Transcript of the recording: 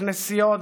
בכנסיות,